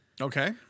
Okay